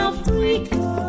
Africa